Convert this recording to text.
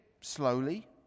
slowly